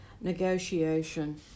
negotiation